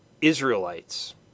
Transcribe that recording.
Israelites